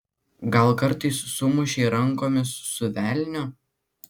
gal kartais sumušei rankomis su velniu